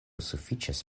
sufiĉas